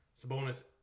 Sabonis